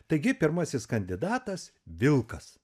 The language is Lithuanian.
taigi pirmasis kandidatas vilkas